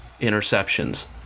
interceptions